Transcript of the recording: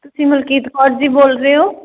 ਤੁਸੀਂ ਮਲਕੀਤ ਕੌਰ ਜੀ ਬੋਲ ਰਹੇ ਹੋ